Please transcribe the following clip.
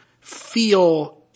feel